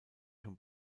schon